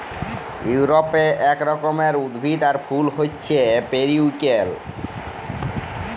ইউরপে এক রকমের উদ্ভিদ আর ফুল হচ্যে পেরিউইঙ্কেল